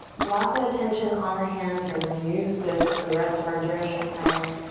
lots of attention on the hands here. we're gonna use this for the rest of our journey and.